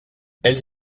elles